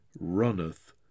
runneth